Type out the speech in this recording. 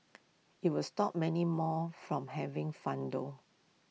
IT was stop many more from having fun though